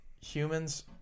humans